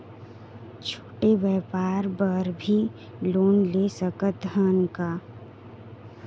छोटे व्यापार बर भी लोन ले सकत हन का?